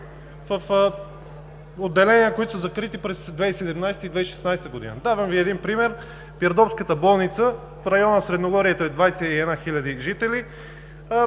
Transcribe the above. в отделения, които са закрити през 2016 и 2017 г. Давам Ви един пример. Пирдопската болница в района на Средногорието е за 21 хил. жители.